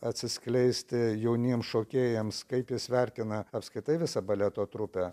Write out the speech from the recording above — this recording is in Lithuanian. atsiskleisti jauniem šokėjams kaip jis vertina apskritai visą baleto trupę